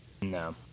No